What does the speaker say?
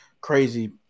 crazy